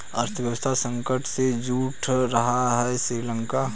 अर्थव्यवस्था संकट से जूझ रहा हैं श्रीलंका